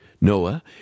Noah